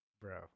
Bro